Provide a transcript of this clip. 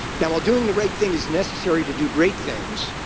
now, while doing the right thing is necessary to do great things,